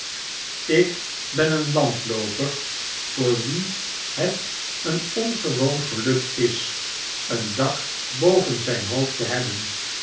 ik ben een landlooper voor wien het een ongewoon geluk is een dak boven zijn hoofd te hebben